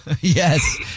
Yes